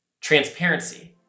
transparency